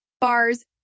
bars